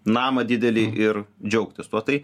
namą didelį ir džiaugtis tuo tai